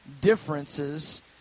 differences